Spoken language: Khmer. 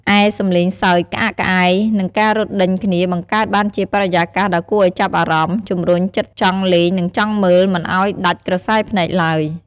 ឯ សំឡេងសើច ក្អាកក្អាយ និងការរត់ដេញគ្នា បង្កើតបានជាបរិយាកាសដ៏គួរឱ្យចាប់អារម្មណ៍ ជំរុញចិត្តចង់លេងនិងចង់មើលមិនឱ្យដាច់ក្រសែភ្នែកទ្បើយ។